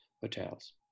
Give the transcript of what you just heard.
hotels